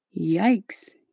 Yikes